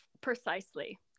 precisely